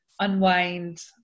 unwind